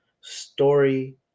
story